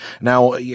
Now